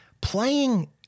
playing